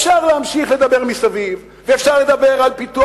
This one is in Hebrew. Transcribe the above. אפשר להמשיך לדבר מסביב ואפשר לדבר על פיתוח